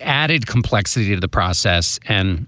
added complexity to the process. and